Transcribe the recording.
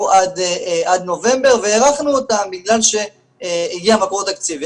עד נובמבר והארכנו אותם בגלל שהגיע המקור התקציבי,